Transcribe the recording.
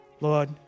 Lord